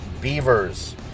Beavers